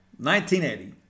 1980